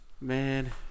Man